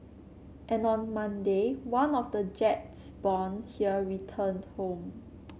and on Monday one of the jets born here returned home